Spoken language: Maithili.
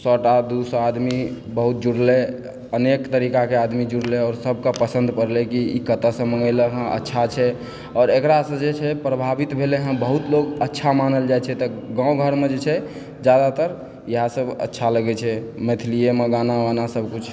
सए टा दू सए आदमी बहुत जुड़लै अनेक तरीकाके आदमी जुड़लै आओर सबके पसन्द पड़लै कि ई कतऽसँ मङ्गेगेलऽ हँ अच्छा छै आओर एकरासँ जे छै प्रभावित भेलैहँ बहुत लोग अच्छा मानल जाइ छै तऽ गाँव घरमे जे छै जादातर इएह सब अच्छा लगै छै मैथिलियेमे गाना वाना सब किछु